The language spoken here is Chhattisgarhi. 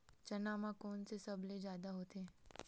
चना म कोन से सबले जादा होथे?